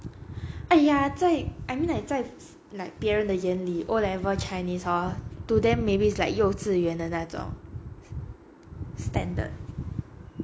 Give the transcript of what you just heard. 哎呀在 I mean like 在 like 别人的眼里 O level chinese hor to them maybe is like 幼稚园的那种 standard